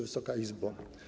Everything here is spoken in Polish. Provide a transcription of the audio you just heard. Wysoka Izbo!